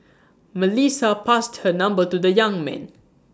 Melissa passed her number to the young man